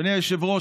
אדוני היושב-ראש,